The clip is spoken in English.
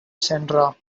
sandra